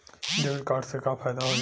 Debit card से का फायदा होई?